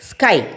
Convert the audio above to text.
Sky